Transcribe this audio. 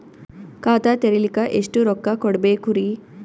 ಖಾತಾ ತೆರಿಲಿಕ ಎಷ್ಟು ರೊಕ್ಕಕೊಡ್ಬೇಕುರೀ?